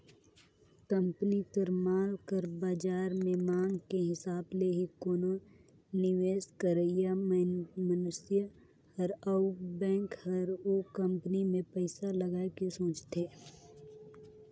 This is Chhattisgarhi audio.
कंपनी कर माल कर बाजार में मांग के हिसाब ले ही कोनो निवेस करइया मनइसे हर अउ बेंक हर ओ कंपनी में पइसा लगाए के सोंचथे